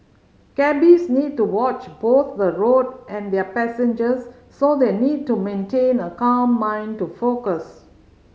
cabbies need to watch both the road and their passengers so they need to maintain a calm mind to focus